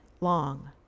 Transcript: long